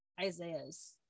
Isaiah's